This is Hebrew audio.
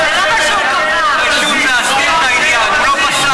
זה לא מה שקבע בית המשפט, זה לא מה שהוא קבע.